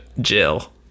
Jill